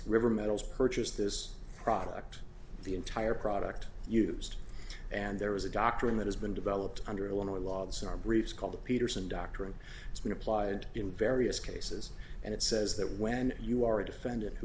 river metals purchased this product the entire product used and there was a doctrine that has been developed under illinois law czar briefs called the peterson doctrine it's been applied in various cases and it says that when you are a defendant who